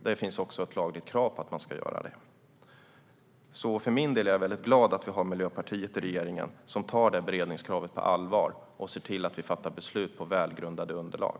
Det finns också ett lagligt krav på detta. För min del är jag glad att vi har Miljöpartiet i regeringen, som tar beredningskravet på allvar och ser till att vi fattar beslut på välgrundade underlag.